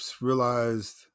realized